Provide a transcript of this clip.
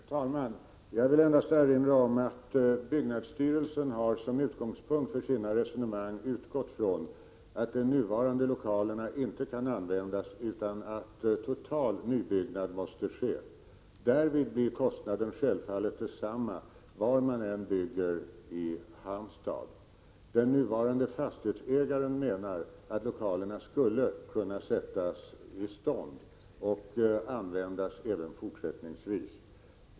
Herr talman! Jag vill endast erinra om att byggnadsstyrelsen som utgångspunkt för sina resonemang har utgått från att de nuvarande lokalerna inte kan användas utan att total nybyggnad måste ske. Därvid blir kostnaden självfallet densamma var man än bygger i Halmstad. Den nuvarande fastighetsägaren menar att lokalerna skulle kunna sättas i stånd och användas även fortsättningsvis.